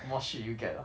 more shit you get ah